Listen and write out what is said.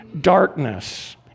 darkness